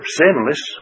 sinless